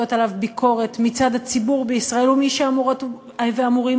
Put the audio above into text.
עליו ביקורת מצד הציבור בישראל וממי שאמורות ואמורים